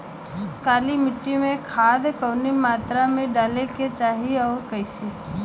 काली मिट्टी में खाद कवने मात्रा में डाले के चाही अउर कइसे?